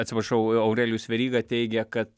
atsiprašau aurelijus veryga teigia kad